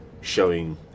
showing